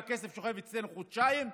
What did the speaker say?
והכסף שוכב אצלנו חודשיים.